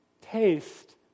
taste